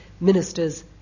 ministers